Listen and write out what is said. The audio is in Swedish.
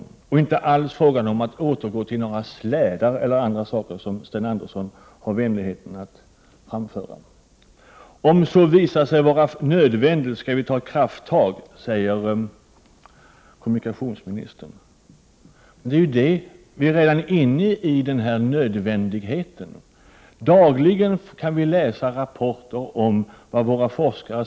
Det är således inte alls fråga om att återgå till slädar eller någonting annat, som Sten Andersson i Malmö var vänlig nog att framföra. Om det skulle visa sig vara nödvändigt, skall vi ta krafttag, säger kommunikationsministern. Men det är redan nödvändigt. Dagligen kan vi ju läsa rapporter från våra forskare.